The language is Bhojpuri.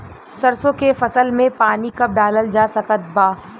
सरसों के फसल में पानी कब डालल जा सकत बा?